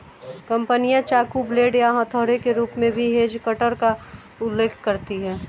कंपनियां चाकू, ब्लेड या हथौड़े के रूप में भी हेज कटर का उल्लेख करती हैं